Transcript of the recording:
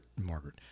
Margaret